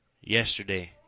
Yesterday